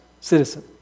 citizen